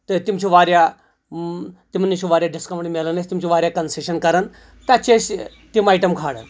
تہٕ تِم چھِ واریاہ تِمن نِش چھُ واریاہ ڈسکونٛٹ میلان اسہِ تِم چھِ واریاہ کَنسیشن کران تَتہِ چھِ اَسہِ تِم آیٹم کھاران